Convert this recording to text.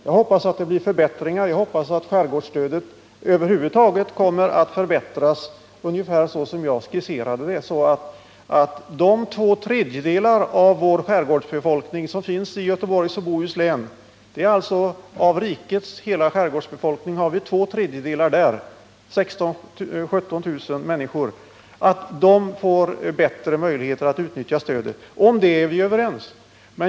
Jag hoppas att det blir förbättringar och att skärgårdsstödet över huvud taget kommer att förbättras ungefär så som jag skisserade det, så att de två tredjedelar av vår skärgårdsbefolkning som finns i Göteborgs och Bohus län — av rikets hela skärgårdsbefolkning har vi alltså två tredjedelar där, 16 000-17 000 människor — får bättre möjligheter att utnyttja stödet. Om detta är vi överens.